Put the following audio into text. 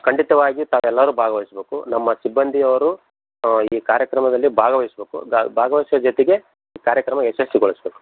ಖಂಡಿತವಾಗಿ ತಾವೆಲ್ಲರೂ ಭಾಗ್ವಯ್ಸ್ಬೇಕು ನಮ್ಮ ಸಿಬ್ಬಂದಿಯವರು ಈ ಕಾರ್ಯಕ್ರಮದಲ್ಲಿ ಭಾಗವಯ್ಸ್ಬೇಕು ಭಾಗವಯ್ಸೋ ಜೊತೆಗೆ ಕಾರ್ಯಕ್ರಮ ಯಶಸ್ವಿಗೊಳಸ್ಬೇಕು